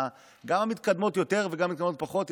גם המתקדמות יותר וגם מדינות פחות,